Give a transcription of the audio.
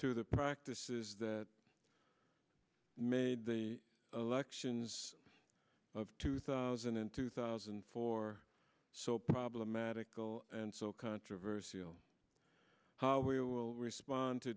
to the practices that made the elections of two thousand and two thousand and four so problematical and so controversial how we will respond to